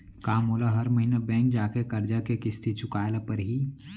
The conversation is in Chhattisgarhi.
का मोला हर महीना बैंक जाके करजा के किस्ती चुकाए ल परहि?